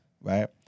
right